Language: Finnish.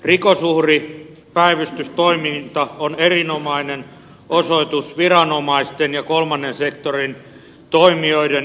rikosuhripäivystystoiminta on erinomainen osoitus viranomaisten ja kolmannen sektorin toimijoiden yhteistyöstä